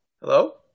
Hello